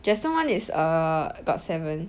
jackson wang is err got seven